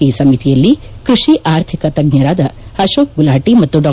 ಈ ಸಮಿತಿಯಲ್ಲಿ ಕೃಷಿ ಆರ್ಥಿಕ ತಜ್ಞರಾದ ಅಶೋಕ್ ಗುಲಾಟಿ ಮತ್ತು ಡಾ